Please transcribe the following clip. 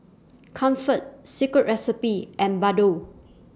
Comfort Secret Recipe and Bardot